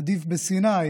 עדיף בסיני,